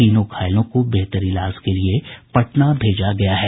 तीनों घायलों को बेहतर इलाज के लिए पटना भेजा गया है